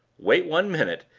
wait one minute,